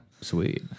Sweet